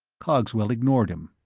cogswell ignored him.